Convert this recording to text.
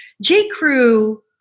J.Crew